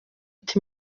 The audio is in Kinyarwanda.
but